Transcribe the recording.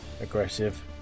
Aggressive